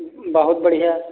बहुत बढ़िया